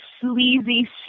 sleazy